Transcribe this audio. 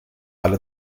alle